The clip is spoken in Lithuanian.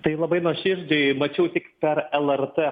tai labai nuoširdžiai mačiau tik per lrt